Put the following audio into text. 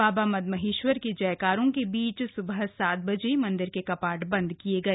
बाबा मद्महेश्वर के जयकारों के बीच सुबह सात बजे मंदिर के कपाट बंद किये गए